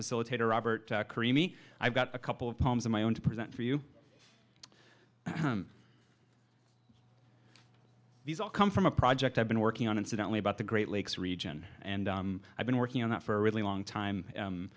facilitator robert crimi i've got a couple of poems of my own to present for you these all come from a project i've been working on incidentally about the great lakes region and i've been working on that for a really long time